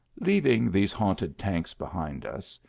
leaving these haunted tanks behind us,